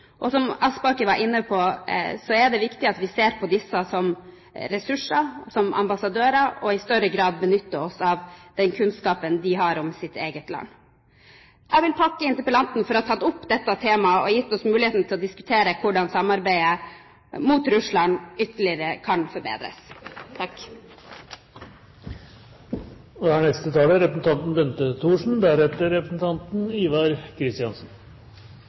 Som representanten Aspaker var inne på, er det viktig at vi ser på dem som ressurser, som ambassadører, og at vi i større grad benytter oss av den kunnskapen de har om sitt eget land. Jeg vil takke interpellanten for å ha tatt opp dette temaet og gitt oss muligheten til å diskutere hvordan samarbeidet med Russland kan forbedres ytterligere. Jeg vil takke representanten